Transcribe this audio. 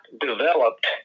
developed